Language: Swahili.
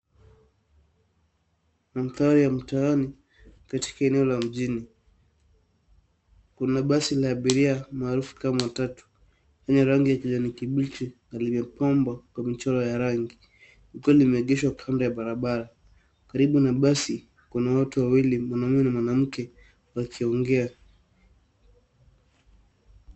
Mandhari ya mtaani, katika eneo la mjini. Kuna basi la abiria maarufu kama matatu yenye rangi ya kijani kibichi yaliyo pambwa kwa michoro ya rangi, likiwa limeegeshwa kando ya barabara. Karibu na basi kuna watu wawili, mwanaume na mwanamke wakiongea.